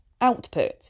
output